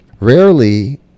Rarely